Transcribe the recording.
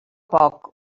poc